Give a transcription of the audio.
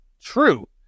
True